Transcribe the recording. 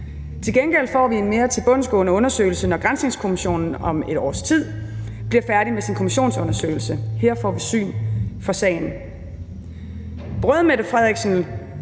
Til gengæld får vi en mere tilbundsgående undersøgelse, når granskningskommissionen om et års tid bliver færdig med sin kommissionsundersøgelse. Her får vi syn for sagen. Brød statsministeren